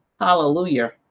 hallelujah